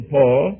Paul